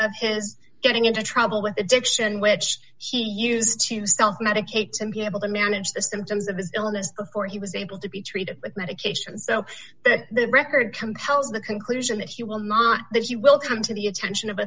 of his getting into trouble with addiction which he used to self medicate to be able to manage the symptoms of his illness before he was able to be treated with medication so that the record compels the conclusion that he will not that he will come to the attention of